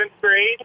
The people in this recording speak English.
grade